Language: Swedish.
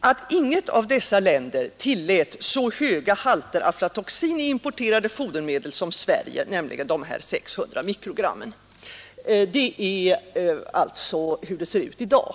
att inget av dessa länder tillät så höga halter aflatoxin i importerade fodermedel som Sverige, nämligen 600 mikrogram per kilo. Så ser det alltså ut i dag.